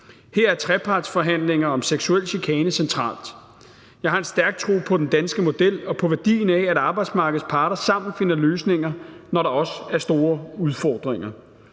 Her er trepartsforhandlinger om seksuel chikane centralt. Jeg har en stærk tro på den danske model og på værdien af, at arbejdsmarkedets parter sammen finder løsninger, også når der er store udfordringer.